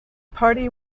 party